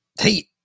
hey